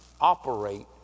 operate